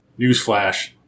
newsflash